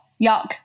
Yuck